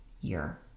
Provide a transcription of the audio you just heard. year